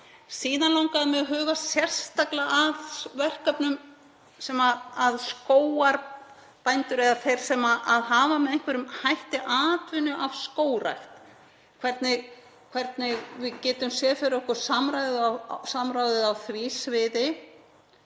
síðan að huga sérstaklega að verkefnum sem skógarbændur, eða þeir sem hafa með einhverjum hætti atvinnu af skógrækt — hvernig við getum séð fyrir okkur samráð á því sviði.